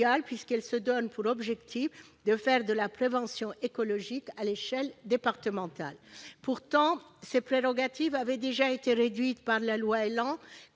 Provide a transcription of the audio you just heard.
puisqu'elle se donne pour objectif de faire de la prévention écologique à l'échelle départementale. Pourtant, ses prérogatives avaient déjà été réduites par la loi ÉLAN,